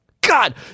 God